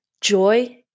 Joy